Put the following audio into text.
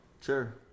Sure